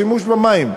השימוש במים,